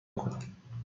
کنم